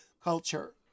culture